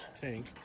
tank